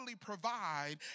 provide